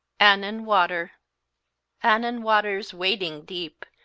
annan water annan water's wading deep,